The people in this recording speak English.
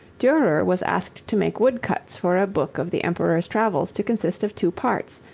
durer was asked to make wood-cuts for a book of the emperor's travels to consist of two parts,